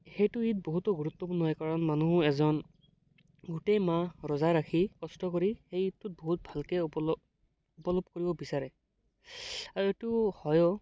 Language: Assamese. সেইটো ঈদ বহুতো গুৰুত্বপূৰ্ণ হয় কাৰণ মানুহ এজন গোটেই মাহ ৰোজা ৰাখি কষ্ট কৰি সেইটোত বহুত ভালকৈ উপলভ উপলভ কৰিব বিচাৰে আৰু এইটো হয়ো